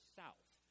south